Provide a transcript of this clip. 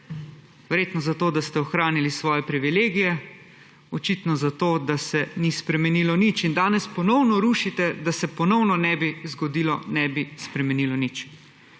Verjetno zato, da ste ohranili svoje privilegije, očitno zato, da se ni spremenilo nič. In danes ponovno rušite, da se ponovno ne bi spremenilo nič,